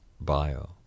bio